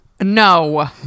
No